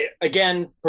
Again